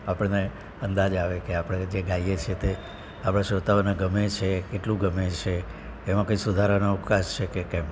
આપણને અંદાજ આવે કે આપણે જે ગાઈએ છે તે આપણા શ્રોતાઓને ગમે છે કેટલું ગમે છે એમાં કઈ સુધારાનો અવકાશ છે કે કેમ